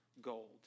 gold